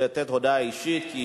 לתת הודעה אישית, כי